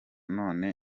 none